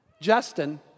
Justin